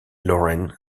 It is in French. lorrain